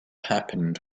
happened